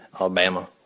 Alabama